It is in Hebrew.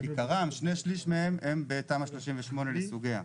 שני שליש מהם הם בתמ"א 38 לסוגיה.